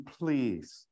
please